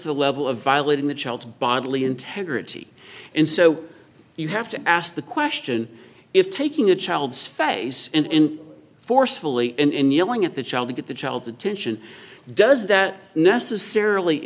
to the level of violating the child's bodily integrity and so you have to ask the question if taking a child's face in forcefully and yelling at the child to get the child's attention does that necessarily